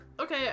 Okay